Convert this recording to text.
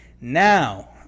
Now